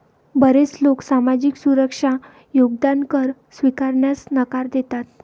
बरेच लोक सामाजिक सुरक्षा योगदान कर स्वीकारण्यास नकार देतात